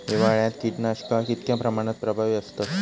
हिवाळ्यात कीटकनाशका कीतक्या प्रमाणात प्रभावी असतत?